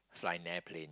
flying airplane